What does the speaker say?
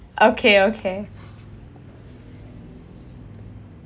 okay okay